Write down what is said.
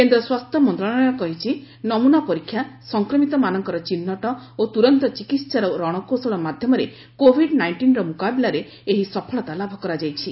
କେନ୍ଦ୍ର ସ୍ୱାସ୍ଥ୍ୟ ମନ୍ତ୍ରଶାଳୟ କହିଛି ନମୁନା ପରୀକ୍ଷା ସଂକ୍ରମିତମାନଙ୍କର ଚିହ୍ନଟ ଓ ତୁରନ୍ତ ଚିକିତ୍ସାର ରଣକୌଶଳ ମାଧ୍ୟମରେ କୋଭିଡ୍ ନାଇଷ୍ଟିନ୍ର ମୁକାବିଲାରେ ଏହି ସଫଳତା ଲାଭ କରାଯାଇଛି